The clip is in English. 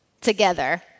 together